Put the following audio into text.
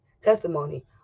testimony